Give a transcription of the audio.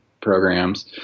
programs